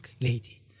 lady